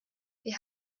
wir